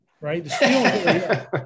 right